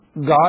God